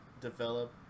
develop